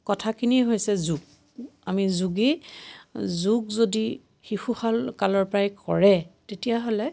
কথাখিনিয়েই হৈছে যোগ আমি যোগী যোগ যদি শিশুকালৰ কালৰ পৰাই কৰে তেতিয়াহ'লে